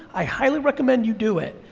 i highly recommend you do it,